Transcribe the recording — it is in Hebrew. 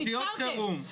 הפקרתם.